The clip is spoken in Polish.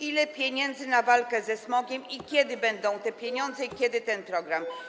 Ile pieniędzy na walkę ze smogiem, kiedy będą te pieniądze i kiedy ten program?